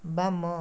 ବାମ